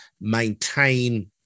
maintain